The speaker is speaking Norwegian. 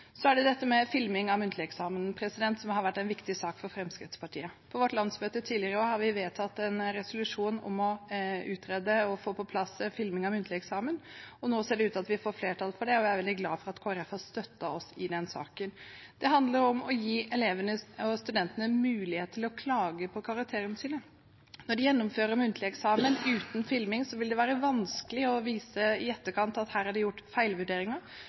Så er det filming av muntlig eksamen, som har vært en viktig sak for Fremskrittspartiet. På vårt landsmøte tidligere i år har vi vedtatt en resolusjon om å utrede og få på plass filming av muntlig eksamen, og nå ser det ut til at vi får flertall for det. Jeg er veldig glad for at Kristelig Folkeparti har støttet oss i den saken. Det handler om å gi elevene og studentene mulighet til å klage på karakterene sine. Når de gjennomfører muntlig eksamen uten filming, vil det være vanskelig å vise i etterkant at her er det gjort feilvurderinger,